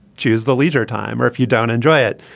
choose the leisure time or if you don't enjoy it.